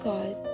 God